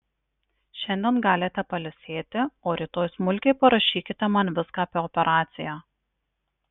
šiandien galite pailsėti o rytoj smulkiai parašykite man viską apie operaciją